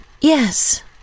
Yes